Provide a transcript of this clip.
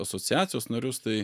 asociacijos narius tai